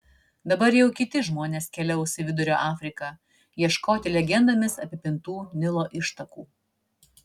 dabar jau kiti žmonės keliaus į vidurio afriką ieškoti legendomis apipintų nilo ištakų